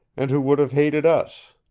and who would have hated us!